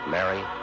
Mary